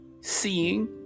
seeing